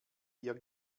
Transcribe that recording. ihr